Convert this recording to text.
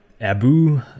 Abu